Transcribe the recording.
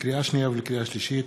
לקריאה שנייה ולקריאה שלישית: